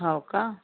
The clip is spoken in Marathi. हो का